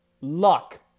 luck